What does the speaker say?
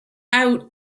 out